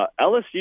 lsu